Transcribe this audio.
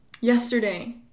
yesterday